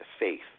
faith